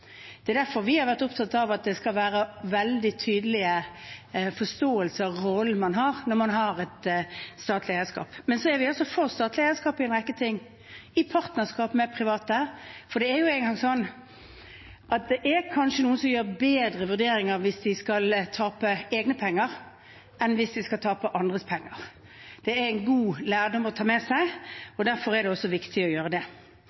Det er derfor vi har vært opptatt av at det skal være en veldig tydelig forståelse av rollen man har når man har et statlig eierskap. Men så er vi altså for statlig eierskap i en rekke ting, i partnerskap med private. For det er nå engang slik at noen kanskje gjør bedre vurderinger hvis de skal tape egne penger, enn hvis de skal tape andres penger. Det er en god lærdom å ta med seg, og derfor er det også viktig å gjøre det.